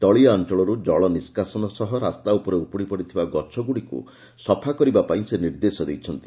ତଳିଆ ଅଞ୍ଚଳରୁ ଜଳ ନିଷ୍କାସନ ସହ ରାସ୍ତା ଉପରେ ଉପୁଡ଼ିପଡ଼ିଥିବା ଗଛଗୁଡ଼ିକୁ ସଫା କରିବା ପାଇଁ ସେ ନିର୍ଦ୍ଦେଶ ଦେଇଛନ୍ତି